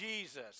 Jesus